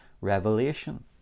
revelation